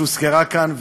שהוזכרה כאן,